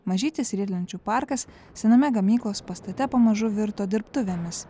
mažytis riedlenčių parkas sename gamyklos pastate pamažu virto dirbtuvėmis